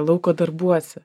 lauko darbuose